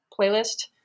playlist